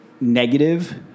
negative